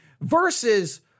versus